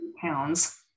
pounds